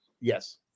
Yes